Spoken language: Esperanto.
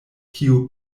kiu